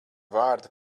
vārda